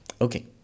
Okay